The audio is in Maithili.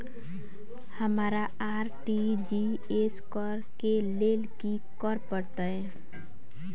हमरा आर.टी.जी.एस करऽ केँ लेल की करऽ पड़तै?